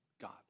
God